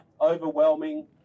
overwhelming